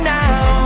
now